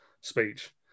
speech